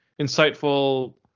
insightful